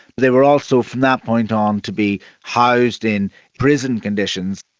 they were also from that point on to be housed in prison conditions.